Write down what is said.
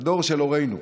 הדור של הורינו,